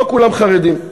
לא כולם חרדים,